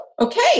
okay